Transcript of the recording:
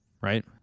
right